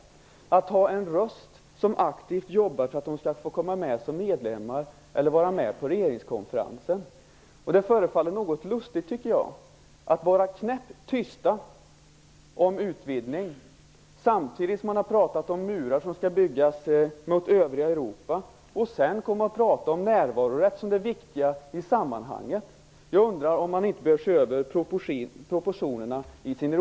Är det att ha en röst som aktivt jobbar för att de skall få komma med som medlemmar, eller är det att få vara med på regeringskonferensen? Det förefaller något lustigt att vara knäpp tyst om utvidgning samtidigt som man har talat om att murar skall byggas mot övriga Europa och sedan tala om närvarorätt som det viktiga i sammanhanget. Jag undrar om ni inte behöver se över proportionerna i er